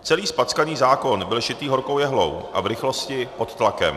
Celý zpackaný zákon byl šitý horkou jehlou a v rychlosti pod tlakem.